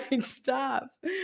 Stop